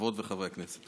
חברות וחברי הכנסת,